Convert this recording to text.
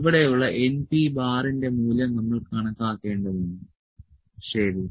ഇവിടെയുള്ള np ന്റെ മൂല്യം നമ്മൾ കണക്കാക്കേണ്ടതുണ്ട് ശരി